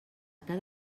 cada